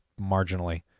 marginally